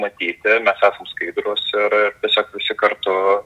matyti ms esam skaidrūs ir tiesiog visi kartu